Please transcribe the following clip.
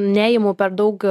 neimu per daug